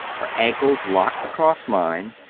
her ankles locked across mine,